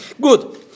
Good